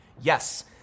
Yes